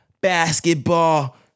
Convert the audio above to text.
basketball